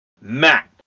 Matt